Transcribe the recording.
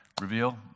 Reveal